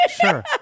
sure